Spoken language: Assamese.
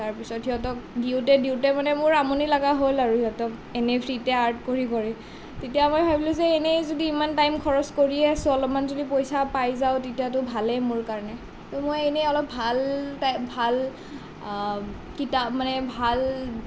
তাৰ পিছত সিহঁতক দিওঁতে দিওঁতে মানে মোৰ আমনি লগা হ'ল আৰু সিহঁতক এনেই ফ্ৰীতে আৰ্ট কৰি কৰি তেতিয়া মই ভাবিলো যে এনেই যদি ইমান টাইম খৰচ কৰিয়ে আছো অলপমান যদি পইচা পাই যাওঁ তেতিয়াতো ভালেই মোৰ কাৰণে তো মই এনেই অলপ ভাল ভাল মানে ভাল